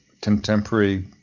contemporary